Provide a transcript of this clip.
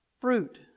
fruit